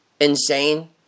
insane